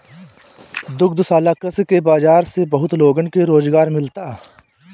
दुग्धशाला कृषि के बाजार से बहुत लोगन के रोजगार मिलता